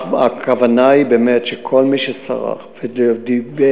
הכוונה היא באמת שכל מי שסרח ודיבר,